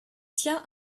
tient